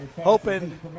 hoping